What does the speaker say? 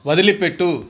వదిలిపెట్టు